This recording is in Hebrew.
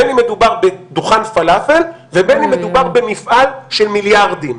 בין אם מדובר בדוכן פלאפל ובין אם מדובר במפעל של מיליארדים.